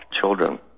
children